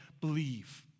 believe